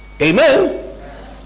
amen